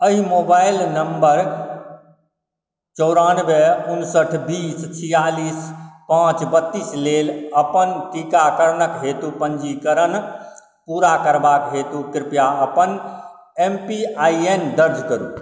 एहि mobile number चौरानबे उनसठि बीस छिआलिस पाँच बत्तीस लेल अपन टीकाकरणक हेतु पंजीकरण पूरा करबाक हेतु कृपया अपन एम पी आइ एन दर्ज करू